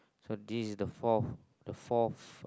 so this is the fourth the fourth